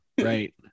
Right